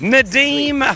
Nadim